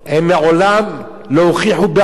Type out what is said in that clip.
הם מעולם לא הוכיחו בעלות,